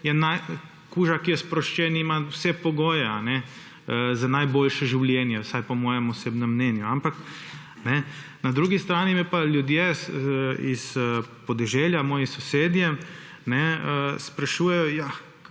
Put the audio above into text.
kuža, ki je spuščen, ima vse pogoje za najboljše življenje, vsaj po mojem osebnem mnenju. Na drugi strani me pa ljudje s podeželja, moji sosedje sprašujejo